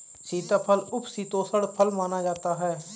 सीताफल उपशीतोष्ण फल माना जाता है